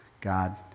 god